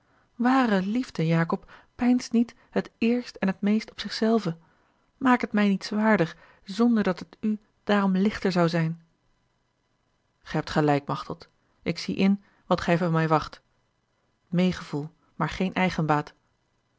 ware liefde jacob peinst niet het eerst en het meest op zich zelve maak het mij niet zwaarder zonderdat het u daarom lichter zou zijn gij hebt gelijk machteld ik zie in wat gij van mij wacht meêgevoel maar geen